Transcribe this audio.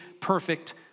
perfect